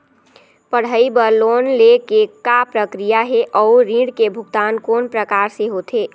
पढ़ई बर लोन ले के का प्रक्रिया हे, अउ ऋण के भुगतान कोन प्रकार से होथे?